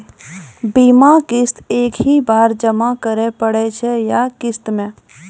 बीमा किस्त एक ही बार जमा करें पड़ै छै या किस्त मे?